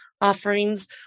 offerings